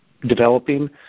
developing